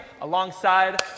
Alongside